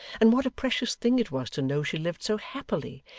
and what a precious thing it was to know she lived so happily,